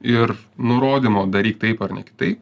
ir nurodymo daryk taip ar ne kitaip